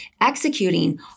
executing